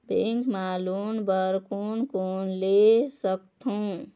Bank मा loan बर कोन कोन ले सकथों?